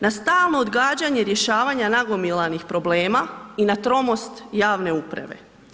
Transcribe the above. Na stalno odgađanje rješavanja nagomilanih problema i na tromost javne uprave.